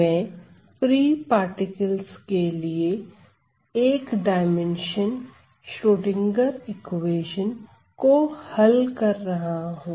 मैं free particles के लिए एक डाइमेंशनल श्रोडिंगर इक्वेशन को हल कर रहा हूं